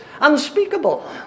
unspeakable